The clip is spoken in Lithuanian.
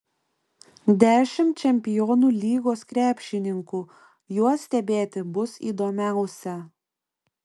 dešimt čempionų lygos krepšininkų juos stebėti bus įdomiausia